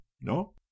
no